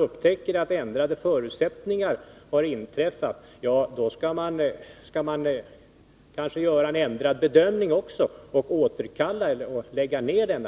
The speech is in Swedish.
Upptäcker man att förutsättningarna har ändrats, skall man kanske också göra ändrad bedömning och ändra